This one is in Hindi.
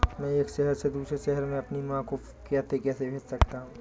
मैं एक शहर से दूसरे शहर में अपनी माँ को पैसे कैसे भेज सकता हूँ?